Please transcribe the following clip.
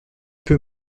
peut